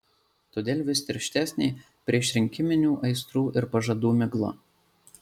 todėl vis tirštesnė priešrinkiminių aistrų ir pažadų migla